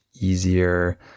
easier